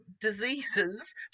diseases